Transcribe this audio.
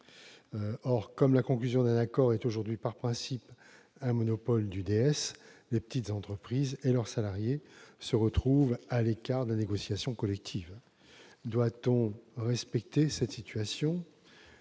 Or, comme la conclusion d'un accord est aujourd'hui par principe un monopole du délégué syndical, les petites entreprises et leurs salariés se retrouvent à l'écart de la négociation collective. Doit-on accepter cette situation ?